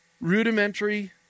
rudimentary